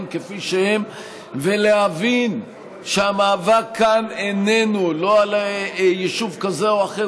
כפי שהם ולהבין שהמאבק כאן איננו לא על יישוב כזה או אחר